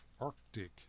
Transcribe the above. Arctic